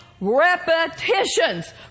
repetitions